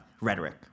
rhetoric